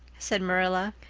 said marilla.